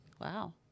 Wow